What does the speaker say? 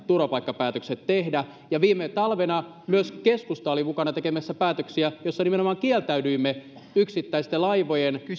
turvapaikkapäätökset pitäisi tehdä ulkorajakeskuksissa ja viime talvena myös keskusta oli mukana tekemässä päätöksiä joissa nimenomaan kieltäydyimme yksittäisten laivojen